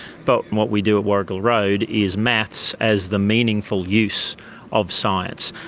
but what we do at warrigal road is maths as the meaningful use of science.